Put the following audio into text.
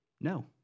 no